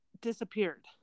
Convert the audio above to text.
disappeared